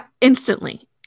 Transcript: instantly